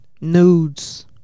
nudes